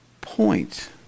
point